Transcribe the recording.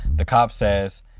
the cop says,